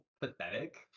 pathetic